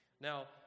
Now